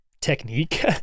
technique